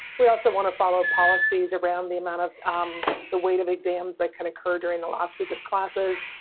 we also wanna follow policies around the amount of um the weight of exams that can occur during the last week of classes.